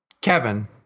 Kevin